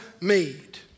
made